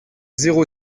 zéro